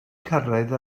cyrraedd